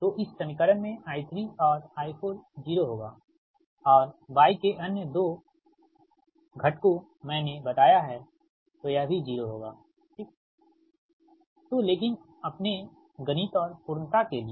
तो इस समीकरण में I3 और I4 0 होगा और Y के अन्य 2 तत्वों मैनें बताया है तो यह भी 0 होगाठीक तो लेकिन अपने गणित और पूर्णता के लिए